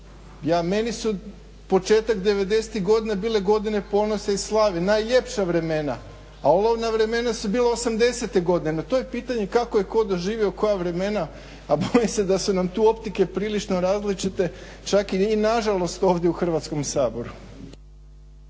Meni je početak devedesetih godina bile godine ponosa i slave, najljepša vremena, a olovna vremena su bile osamdesete godine. no to je pitanje kako je tko doživio koja vremena, a bojim se da su nam tu optike prilično različite, čak i nažalost ovdje u Hrvatskom saboru.